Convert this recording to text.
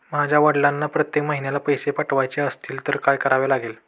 माझ्या वडिलांना प्रत्येक महिन्याला पैसे पाठवायचे असतील तर काय करावे?